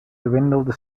dwindled